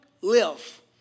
live